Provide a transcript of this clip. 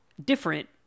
different